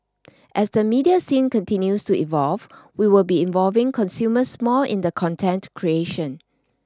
as the media scene continues to evolve we will be involving consumers more in the content creation